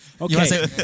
Okay